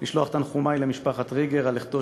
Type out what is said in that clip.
לשלוח את תנחומי למשפחת ריגר על לכתו